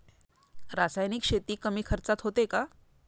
रासायनिक शेती कमी खर्चात होते का?